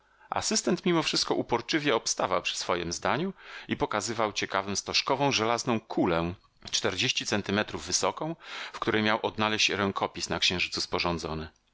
asystent mimo wszystko uporczywie obstawał przy swojem zdaniu i pokazywał ciekawym stożkową żelazną kulę czterdzieści centymetrów wysoką w której miał odnaleźć rękopis na księżycu sporządzony